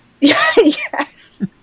yes